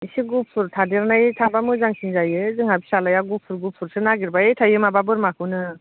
एसे गुफुर थादेरनाय थाब्ला मोजांसिन जायो जोंहा फिसाज्लाया गुफुर गुफुरसो नागिरबाय थायो माबा बोरमाखौनो